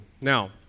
Now